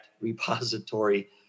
repository